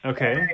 Okay